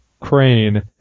Crane